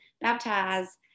baptize